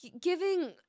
Giving